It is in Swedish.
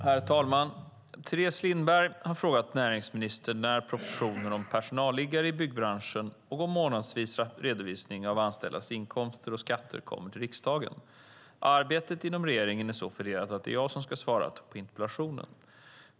Herr talman! Teres Lindberg har frågat näringsministern när propositioner om personalliggare i byggbranschen och om månadsvis redovisning av anställdas inkomster och skatter kommer till riksdagen. Arbetet inom regeringen är så fördelat att det är jag som ska svara på interpellationen.